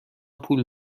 پول